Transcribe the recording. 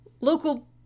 local